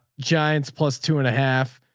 giants plus two and a half.